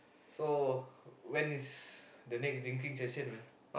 so when is the next drinking session man